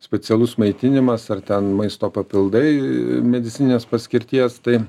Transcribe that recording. specialus maitinimas ar ten maisto papildai medicininės paskirties tai